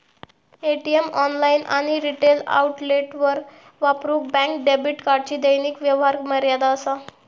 ATM, online आणि retail आउटलेटवर वापरूक बँक डेबिट कार्डची दैनिक व्यवहार मर्यादा असा